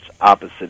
opposite